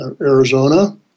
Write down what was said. Arizona